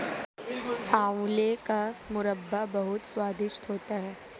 आंवले का मुरब्बा बहुत स्वादिष्ट होता है